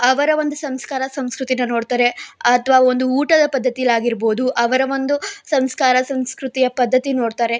ಅವರ ಒಂದು ಸಂಸ್ಕಾರ ಸಂಸ್ಕೃತಿನ ನೋಡ್ತಾರೆ ಅಥವಾ ಒಂದು ಊಟದ ಪದ್ಧತಿಯಲ್ಲಿ ಆಗಿರ್ಬೋದು ಅವರ ಒಂದು ಸಂಸ್ಕಾರ ಸಂಸ್ಕೃತಿಯ ಪದ್ಧತಿ ನೋಡ್ತಾರೆ